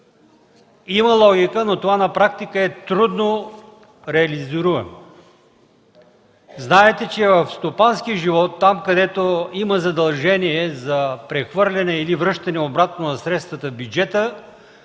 има логика, но това е трудно реализируемо. Знаете, че в стопанския живот – там, където има задължение за прехвърляне или връщане обратно на средствата в бюджета,